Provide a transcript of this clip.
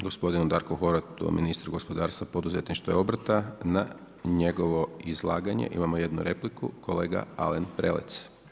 Hvala gospodinu Darku Horvatu, ministru gospodarstva, poduzetništva i obrta, na njegovo izlaganje, imamo jednu repliku, kolega Alen Prelec.